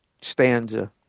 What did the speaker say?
stanza